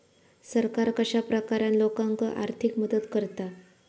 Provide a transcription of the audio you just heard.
सरकार कश्या प्रकारान लोकांक आर्थिक मदत करता?